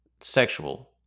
sexual